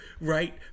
right